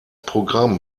programm